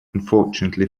unfortunately